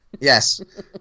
Yes